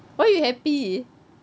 why you happy